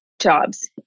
jobs